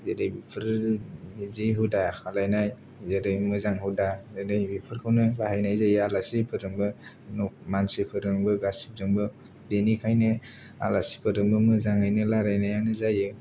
जेरै बेफोरो बिदि हुदा खालायनाय जेरै मोजां हुदा जेरै बेफोरखौ बाहायनाय जायो आलासिफोरजोंबो मानसिफोरजोंबो गासिजोंबो बिनिखायनो आलासिफोरजोंबो मोजाङैनो रायलायनायानो जायो